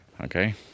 okay